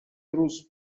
روز